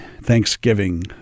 Thanksgiving